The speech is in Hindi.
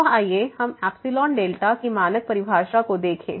तो आइए हम एप्सिलॉन डेल्टा की मानक परिभाषा को देखें